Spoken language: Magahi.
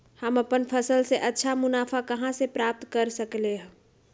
हम अपन फसल से अच्छा मुनाफा कहाँ से प्राप्त कर सकलियै ह?